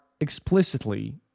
explicitly